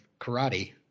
karate